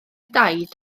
daid